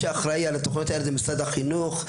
מי שאחראי על התכניות האלה זה משרד החינוך,